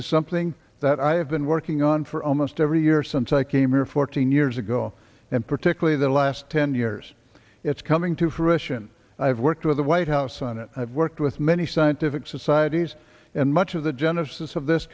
is something that i have been working on for almost every year since i came here fourteen years ago and particularly the last ten years it's coming to fruition i've worked with the white house on it i've worked with many scientific societies and much of the genesis of this